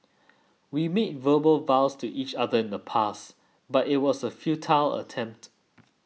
we made verbal vows to each other in the past but it was a futile attempt